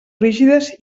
rígides